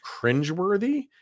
cringeworthy